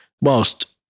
whilst